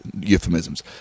euphemisms